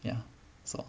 ya so